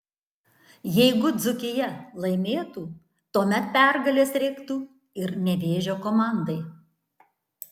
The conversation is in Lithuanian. jeigu dzūkija laimėtų tuomet pergalės reiktų ir nevėžio komandai